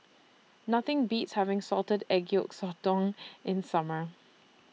Nothing Beats having Salted Egg Yolk Sotong in Summer